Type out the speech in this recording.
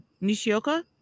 Nishioka